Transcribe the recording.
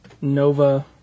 Nova